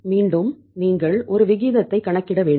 மீண்டும் நீங்கள் ஒரு விகிதத்தை கணக்கிட வேண்டும்